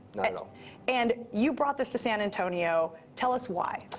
you know and you brought this to san antonio. tell us why?